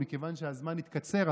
מכיוון שהזמן התקצר,